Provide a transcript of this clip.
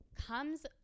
comes